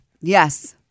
yes